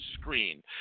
screen